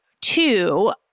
two